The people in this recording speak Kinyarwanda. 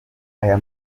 aya